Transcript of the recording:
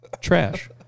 trash